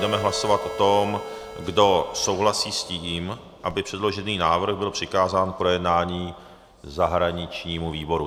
Budeme hlasovat o tom, kdo souhlasí s tím, aby předložený návrh byl přikázán k projednání zahraničnímu výboru.